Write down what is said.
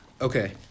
Okay